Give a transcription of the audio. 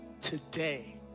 today